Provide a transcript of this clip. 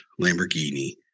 Lamborghini